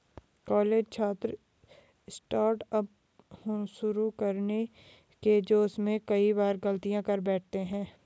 college छात्र startup शुरू करने के जोश में कई बार गलतियां कर बैठते हैं